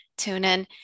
TuneIn